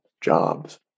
jobs